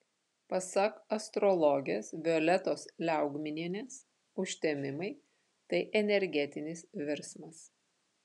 pasak astrologės violetos liaugminienės užtemimai tai energetinis virsmas